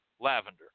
lavender